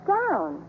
down